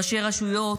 ראשי רשויות,